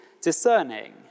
discerning